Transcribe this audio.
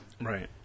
Right